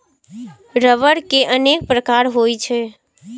रबड़ के अनेक प्रकार होइ छै